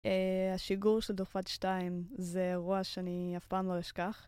השיגור של דוכיפת 2 זה אירוע שאני אף פעם לא אשכח.